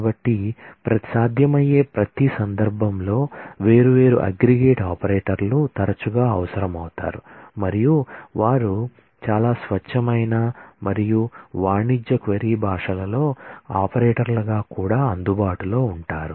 కాబట్టి సాధ్యమయ్యే ప్రతి సందర్భంలో వేర్వేరు అగ్రిగేట్ ఆపరేటర్లు తరచుగా అవసరమవుతారు మరియు వారు చాలా స్వచ్ఛమైన మరియు వాణిజ్య క్వరీ భాషలలో ఆపరేటర్లుగా కూడా అందుబాటులో ఉంటారు